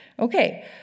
Okay